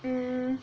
mm